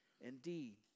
indeed